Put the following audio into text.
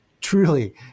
Truly